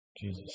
Jesus